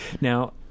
Now